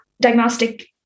diagnostic